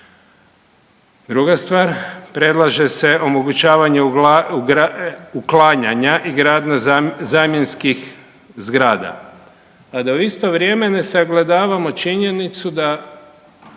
Druga stvar, predlaže se omogućavanje uklanjanja i gradnja zamjenskih zgrada, a da u isto vrijeme ne sagledavamo činjenicu da